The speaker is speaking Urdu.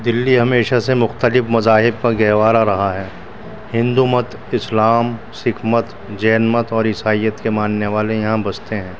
دلی ہمیشہ سے مختلف مذاہب کا گہوارہ رہا ہے ہندو مت اسلام سکھ مت جین مت اور عیسائیت کے ماننے والے یہاں بستے ہیں